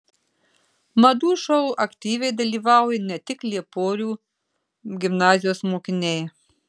madų šou aktyviai dalyvauja ne tik lieporių gimnazijos mokiniai